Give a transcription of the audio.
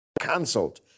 cancelled